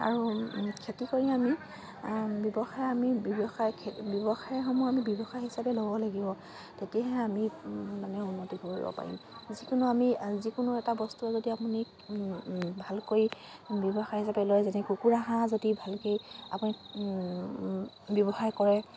আৰু খেতি কৰি আমি ব্যৱসায় হিচাপে ল'ব লাগিব তেতিয়াহে আমি মানে উন্নতি কৰিব পাৰিম যিকোনো আমি যিকোনো এটা বস্তুৱ যদি আপুনি ভালকৈ ব্যৱসায় হিচাপে লয় যেনে কুকুৰা হাঁহ যদি ভালকে আপুনি ব্যৱসায় কৰে